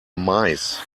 mice